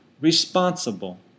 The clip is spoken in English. responsible